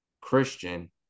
Christian